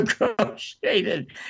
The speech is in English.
negotiated